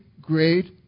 great